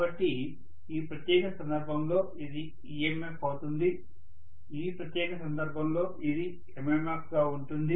కాబట్టి ఈ ప్రత్యేక సందర్భంలో ఇది EMF అవుతుంది ఈ ప్రత్యేక సందర్భంలో ఇది MMF గా ఉంటుంది